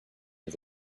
his